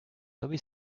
toby